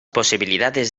posibilidades